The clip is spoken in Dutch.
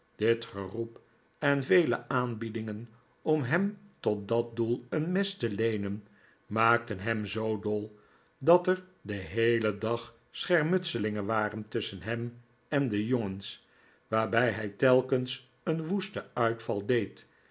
dit geroep en vele aanbiedingen om hem tot dat doel een mes te leenen maakten hem zoo dol dat er den heelen dag schermutselingen waren tusschen hem en de jongens waarbij hij telkens een woesten liitval deed